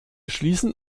schließen